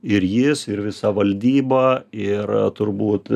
ir jis ir visa valdyba ir turbūt